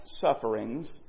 sufferings